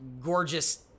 gorgeous